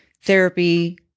therapy